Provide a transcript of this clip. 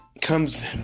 comes